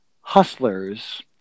Hustlers